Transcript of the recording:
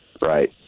Right